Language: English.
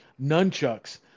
nunchucks